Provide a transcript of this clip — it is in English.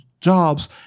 jobs